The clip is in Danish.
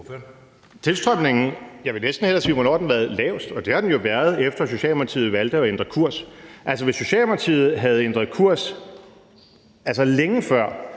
(DF): Jeg vil næsten hellere sige: Hvornår har tilstrømningen været lavest? Og det har den jo været, efter at Socialdemokratiet valgte at ændre kurs. Altså, hvis Socialdemokratiet havde ændret kurs længe før,